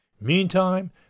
Meantime